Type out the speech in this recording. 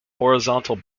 horizontal